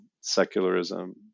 secularism